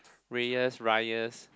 Reyes Reyes